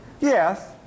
Yes